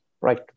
Right